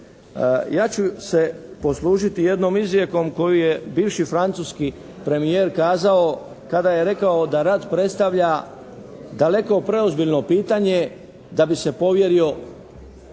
Ja ću se poslužiti jednom izrijekom koju je bivši francuski premijer kazao kada je rekao da rat predstavlja daleko preozbiljno pitanje da bi se povjerio